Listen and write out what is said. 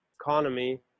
economy